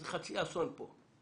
אז חצי אסון פה.